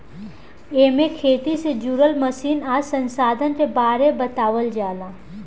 एमे खेती से जुड़ल मशीन आ संसाधन के बारे बतावल जाला